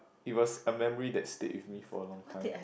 it was a memory that stayed with me for a long time